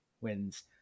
wins